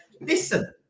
Listen